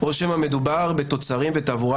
או שמא מדובר בתוצרים ותעבורה,